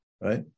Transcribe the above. right